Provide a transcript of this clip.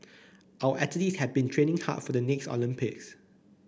our athletes have been training hard for the next Olympics